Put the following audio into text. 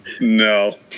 No